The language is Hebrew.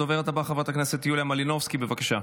הדוברת הבאה, חברת הכנסת יוליה מלינובסקי, בבקשה.